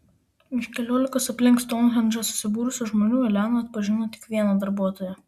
iš keliolikos aplink stounhendžą susibūrusių žmonių elena atpažino tik vieną darbuotoją